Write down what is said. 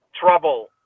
trouble